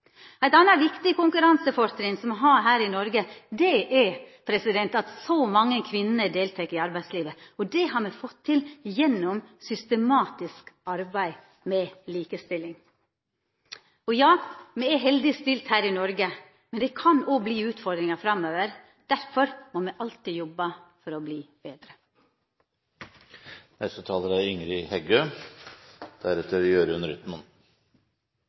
Eit anna viktig konkurransefortrinn som me har her i Noreg, er at så mange kvinner deltek i arbeidslivet. Det har me fått til gjennom systematisk arbeid for likestilling. Me er heldig stilte her i Noreg, men det kan òg verta utfordringar framover. Derfor må me alltid jobba for å verta betre. Eg deler synet til dei som seier at målet for god konkurransekraft er